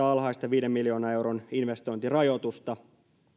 alhaista viiden miljoonan euron investointirajoitusta